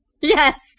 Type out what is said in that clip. Yes